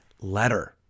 letter